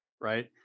right